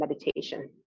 meditation